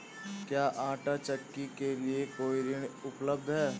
क्या आंटा चक्की के लिए कोई ऋण उपलब्ध है?